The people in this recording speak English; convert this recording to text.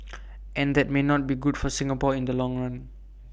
and that may not be good for Singapore in the long run